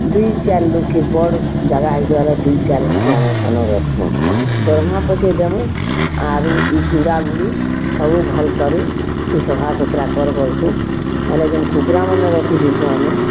ଦୁଇ ଚାର୍ ଲୁକେ ବଡ଼୍ ଜାଗା ହେଇଥିବା ବେଲେ ଦୁଇ ଚାର୍ ଲୁକେ ଆମେ ସେନ ରଖ୍ସୁଁ ଦରମା ପଛେ ଦେମୁଁ ଆରୁ ଇ ଗୁରା ଗୁଡ଼ି ସବୁ ଭଲ୍ କରି ତୁଇ ସଫାସୁତରା କର୍ ବଲ୍ସୁଁ ହେଲେ ଯେନ୍ କୁକୁରା ମାନେ ରଖିଥିସୁଁ ଆମେ